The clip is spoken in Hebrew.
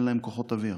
אין להם כוחות אוויר.